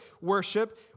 worship